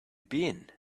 been